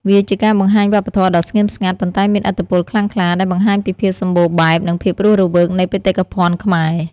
វាជាការបង្ហាញវប្បធម៌ដ៏ស្ងៀមស្ងាត់ ប៉ុន្តែមានឥទ្ធិពលខ្លាំងក្លា ដែលបង្ហាញពីភាពសម្បូរបែប និងភាពរស់រវើកនៃបេតិកភណ្ឌខ្មែរ។